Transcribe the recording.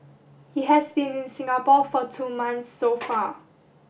he has been in Singapore for two months so far